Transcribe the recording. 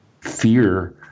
fear